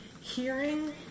Hearing